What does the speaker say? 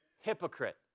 hypocrite